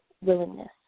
willingness